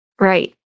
Right